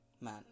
man